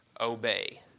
obey